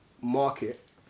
market